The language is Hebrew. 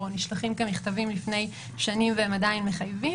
או נשלחים כמכתבים לפני שנים והם עדיין מחייבים,